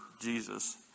Jesus